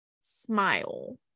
smile